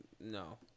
No